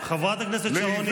חברת הכנסת שרון ניר,